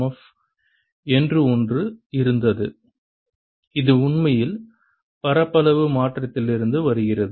F என்று ஒன்று இருந்தது இது உண்மையில் பரப்பளவு மாற்றத்திலிருந்து வருகிறது